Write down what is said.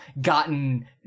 gotten